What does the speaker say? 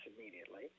immediately